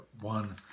one